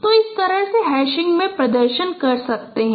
तो इस तरह से हम हैशिंग में प्रदर्शन कर सकते हैं